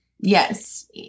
yes